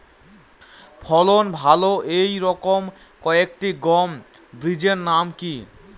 ফলন ভালো এই রকম কয়েকটি গম বীজের নাম কি?